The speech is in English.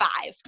five